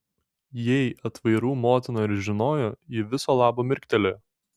jei aitvarų motina ir žinojo ji viso labo mirktelėjo